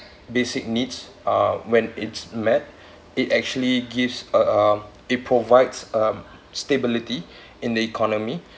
basic needs uh when it's met it actually gives a uh it provides um stability in the economy